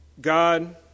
God